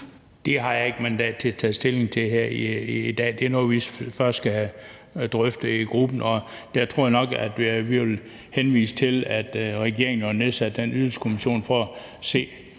Det har jeg ikke mandat til at tage stilling til her i dag. Det er noget, vi først skal have drøftet i gruppen. Der tror jeg nok, at vi vil henvise til, at regeringen har nedsat Ydelseskommissionen, og at vi